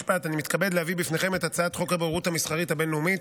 הנושא הבא על סדר-היום: הצעת חוק הבוררות המסחרית הבין-לאומית,